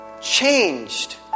changed